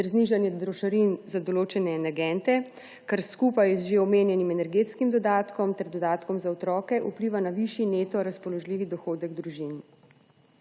ter znižanje trošarin za določene energente, kar skupaj z že omenjenim energetskim dodatkom ter dodatkom za otroke vpliva na višji neto razpoložljivi dohodek družin.